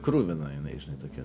kruvina jinai žinai tokia